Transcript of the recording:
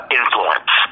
influence